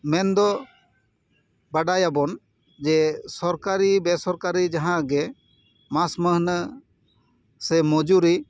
ᱢᱮᱱ ᱫᱚ ᱵᱟᱰᱟᱭᱟᱵᱚᱱ ᱡᱮ ᱥᱚᱨᱠᱟᱨᱤ ᱵᱮᱼᱥᱚᱨᱠᱟᱨᱤ ᱡᱟᱦᱟᱸ ᱜᱮ ᱢᱟᱥ ᱢᱟᱹᱦᱱᱟᱹ ᱥᱮ ᱢᱚᱡᱩᱨᱤ